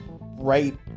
right